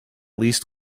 least